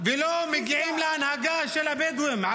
ולא מגיעים להנהגה של הבדואים -- תסלם.